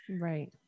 Right